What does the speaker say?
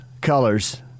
colors